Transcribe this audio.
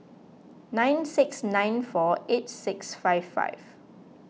nine six nine four eight six five five